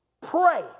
Pray